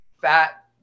fat